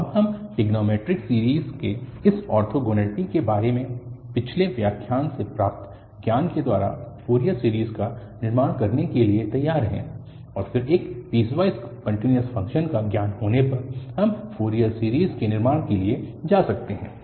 तो अब हम ट्रिग्नोंमैट्रिक सीरीज़ के इस ऑर्थोगोनैलिटी के बारे में पिछले व्याख्यान से प्राप्त ज्ञान के द्वारा फ़ोरियर सीरीज़ का निर्माण करने के लिए तैयार हैं और फिर एक पीसवाइस कन्टिन्यूअस फंक्शन का ज्ञान होने पर हम फ़ोरियर सीरीज़ के निर्माण के लिए जा सकते हैं